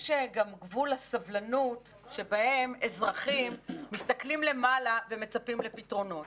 יש גם גבול לסבלנות שאזרחים מסתכלים למעלה ומצפים לפתרונות.